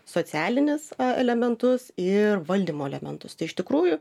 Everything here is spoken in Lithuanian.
socialinius elementus ir valdymo elementus tai iš tikrųjų